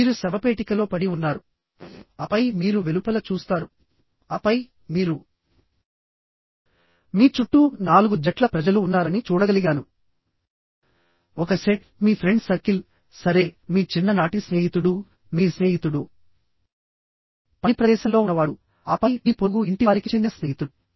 మీరు శవపేటికలో పడి ఉన్నారు ఆపై మీరు వెలుపల చూస్తారు ఆపై మీరు మీ చుట్టూ నాలుగు జట్ల ప్రజలు ఉన్నారని చూడగలిగాను ఒక సెట్ మీ ఫ్రెండ్ సర్కిల్ సరే మీ చిన్ననాటి స్నేహితుడుమీ స్నేహితుడు పని ప్రదేశంలో ఉన్నవాడు ఆపై మీ పొరుగు ఇంటి వారికి చెందిన స్నేహితుడు